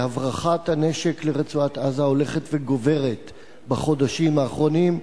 שהברחת הנשק לרצועת-עזה הולכת וגוברת בחודשים האחרונים,